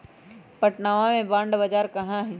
पटनवा में बॉण्ड बाजार कहाँ हई?